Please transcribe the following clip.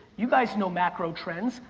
you guys know macro trends,